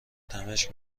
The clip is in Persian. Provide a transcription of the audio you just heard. تمشک